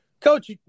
Coach